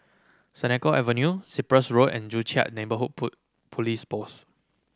Senoko Avenue Cyprus Road and Joo Chiat Neighbourhood Police Post